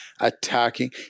attacking